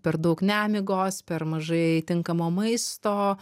per daug nemigos per mažai tinkamo maisto